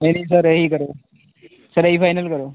ਨਹੀਂ ਨਹੀਂ ਸਰ ਇਹੀ ਕਰੋ ਸਰ ਇਹੀ ਫਾਈਨਲ ਕਰੋ